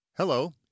Hello